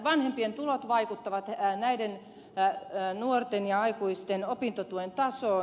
vanhempien tulot vaikuttavat näiden nuorten aikuisten opintotuen tasoon